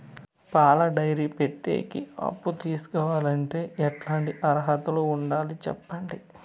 పాల డైరీ పెట్టేకి అప్పు తీసుకోవాలంటే ఎట్లాంటి అర్హతలు ఉండాలి సెప్పండి?